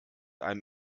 einem